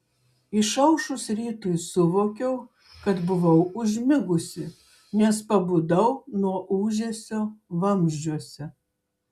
išaušus rytui suvokiau kad buvau užmigusi nes pabudau nuo ūžesio vamzdžiuose